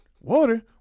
Water